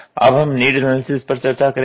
अब हम need analysis पर चर्चा करेंगे